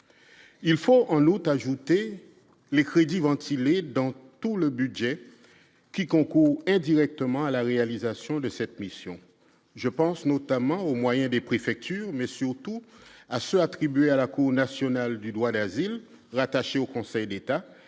il faut en autre ajouter les crédits ventilés dans tout le budget qui ou indirectement à la réalisation de cette mission, je pense notamment au moyen des préfectures, mais surtout à ceux attribués à la Cour nationale du droit d'asile rattaché au Conseil d'État